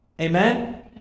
Amen